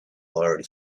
already